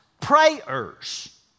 prayers